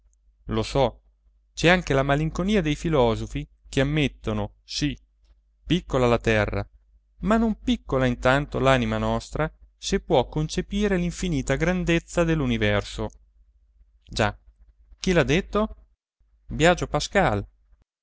lo so c'è anche la malinconia dei filosofi che ammettono sì piccola la terra ma non piccola intanto l'anima nostra se può concepire l'infinita grandezza dell'universo già chi l'ha detto biagio pascal